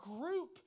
group